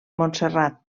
montserrat